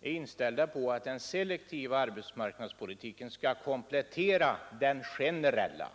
är inställda på att den selektiva arbetsmarknadspolitiken skall komplettera den generella.